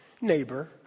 neighbor